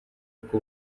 uko